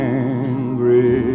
angry